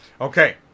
Okay